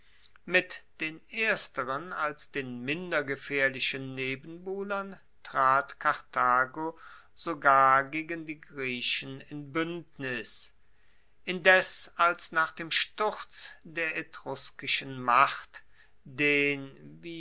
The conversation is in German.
mit den ersteren als den minder gefaehrlichen nebenbuhlern trat karthago sogar gegen die griechen in buendnis indes als nach dem sturz der etruskischen macht den